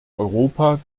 europa